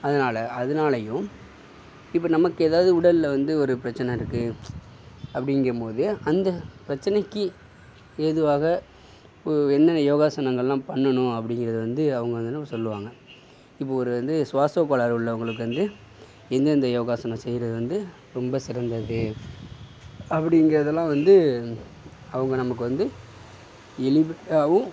அதனால் அதனாலையும் இப்போ நமக்கு எதாவது உடலில் வந்து ஒரு பிரச்சனை இருக்கு அப்படிங்கம்போது அந்த பிரச்சனைக்கு ஏதுவாக என்னென்ன யோகாசனங்கள்லாம் பண்ணணும் அப்படிங்கறது வந்து அவங்க வந்து நமக்கு சொல்லுவாங்க இப்போ ஒரு வந்து சுவாசகோளாறு உள்ளவங்களுக்கு வந்து எந்தந்த யோகாசனம் செய்யிறது வந்து ரொம்ப சிறந்தது அப்படிங்கறதெல்லாம் வந்து அவங்க நமக்கு வந்து எளிமையாகவும்